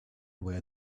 were